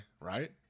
right